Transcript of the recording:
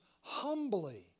humbly